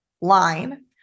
line